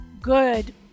good